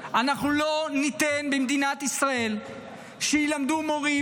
אנחנו לא ניתן במדינת ישראל שילמדו מורים